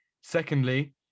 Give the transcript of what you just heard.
Secondly